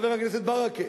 חבר הכנסת ברכה?